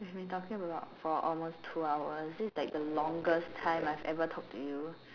we've been talking for about for almost two hours this is like the longest time I've ever talked to you